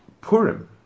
Purim